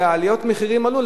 ומחירים עלו,